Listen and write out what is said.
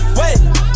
wait